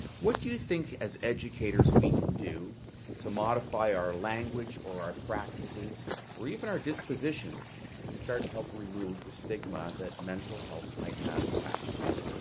what do you think as educators we can do to modify our language or our practices or even our dispositions to start to help remove the stigma that mental health might have attached to it?